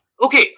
Okay